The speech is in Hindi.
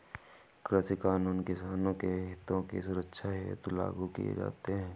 कृषि कानून किसानों के हितों की सुरक्षा हेतु लागू किए जाते हैं